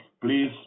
Please